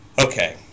Okay